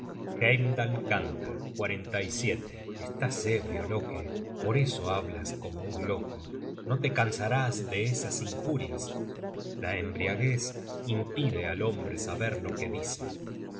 cuando se peleare heimdal canta estas ebrio loke por eso hablas como un loco no te cansarás de esas injurias la embriaguez impide al hombre saber lo que dice